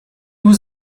was